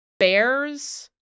bears